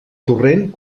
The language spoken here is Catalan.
torrent